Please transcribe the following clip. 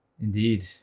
Indeed